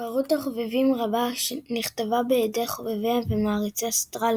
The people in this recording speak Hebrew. ספרות חובבים רבה נכתבה בידי חובבי ומעריצי הסדרה,